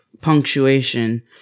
punctuation